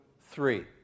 three